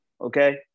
okay